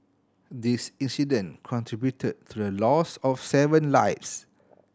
this incident contributed to the loss of seven lives